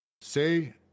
say